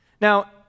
Now